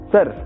Sir